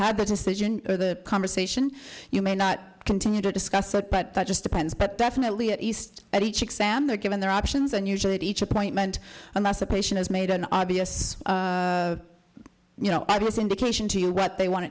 had the decision or the conversation you may not continue to discuss it but it just depends but definitely at least at each exam they're given their options and usually at each appointment a massive patient is made an obvious you know i was indication to you what they want